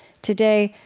today,